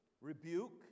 Rebuke